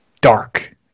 dark